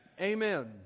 Amen